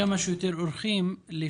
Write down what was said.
לכמה שיותר אורחים להשתתף.